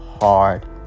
hard